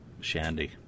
Shandy